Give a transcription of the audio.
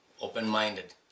open-minded